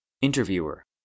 Interviewer